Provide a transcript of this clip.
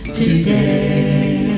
today